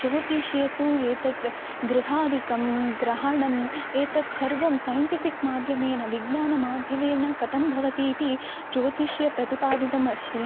ज्योतिष्ये तु एतद् गृहादिकं ग्रहणम् एतद् सर्वं सैण्टिफ़िक् माध्यमेन विज्ञानमाध्यमेन कथं भवति इति ज्योतिष्ये प्रतिपादितम् अस्ति